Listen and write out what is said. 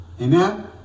amen